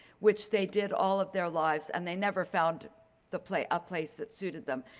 which they did all of their lives and they never found the place a place that suited them.